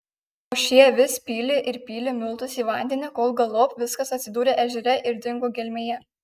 o šie vis pylė ir pylė miltus į vandenį kol galop viskas atsidūrė ežere ir dingo gelmėje